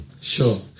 sure